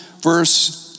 verse